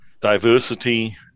Diversity